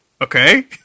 Okay